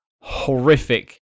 horrific